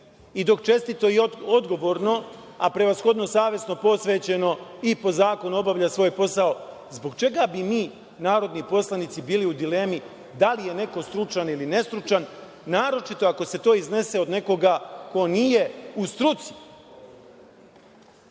dok čestito i odgovorno, a prevashodno savesno, posvećeno i po zakonu obavlja svoj posao, zbog čega bi mi, narodni poslanici, bili u dilemi da li je neko stručan ili nestručan, naročito ako se to iznese od nekoga ko nije u struci? Ja